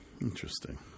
Interesting